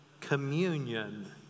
communion